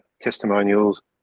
testimonials